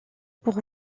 pour